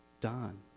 Don